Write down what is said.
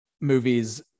movies